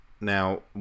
Now